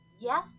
Yes